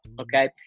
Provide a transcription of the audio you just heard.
okay